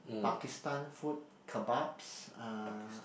Pakistan food kebabs uh